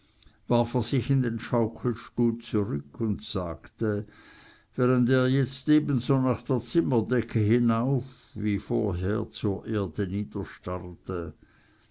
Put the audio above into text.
warf er sich in den schaukelstuhl zurück und sagte während er jetzt ebenso nach der zimmerdecke hinauf wie vorher zur erde